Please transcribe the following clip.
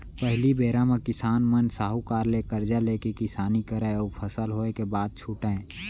पहिली बेरा म किसान मन साहूकार ले करजा लेके किसानी करय अउ फसल होय के बाद छुटयँ